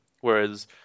whereas